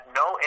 no